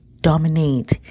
dominate